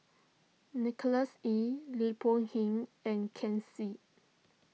Nicholas Ee Lim Boon Heng and Ken Seet